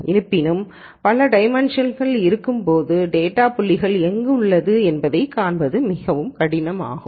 இருப்பினும் பல டைமென்ஷன்ங்கள் இருக்கும்போது டேட்டா புள்ளி எங்குள்ளது என்பதைக் காண்பது மிகவும் கடினமாகும்